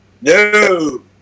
No